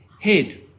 head